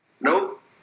Nope